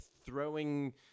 throwing